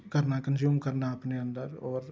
करना कंज़्यूम करना अपने अंदर